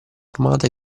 armata